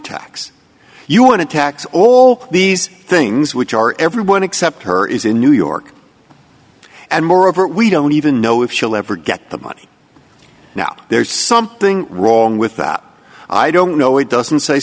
tax you want to tax all these things which are everyone except her is in new york and moreover we don't even know if she'll ever get the money now there's something wrong with that i don't know it doesn't say